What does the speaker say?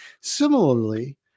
Similarly